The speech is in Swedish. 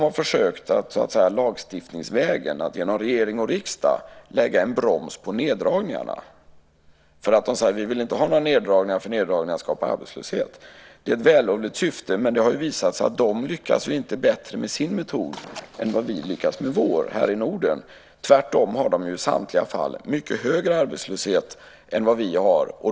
Att lagstiftningsvägen, genom regering och riksdag, lägga en broms på neddragningar därför att de skapar arbetslöshet är ett vällovligt syfte, men det har ju visat sig att man inte lyckas bättre med den metoden än vad vi här i Norden lyckas göra. Tvärtom har man i samtliga fall mycket högre arbetslöshet än vad vi har.